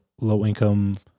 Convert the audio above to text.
low-income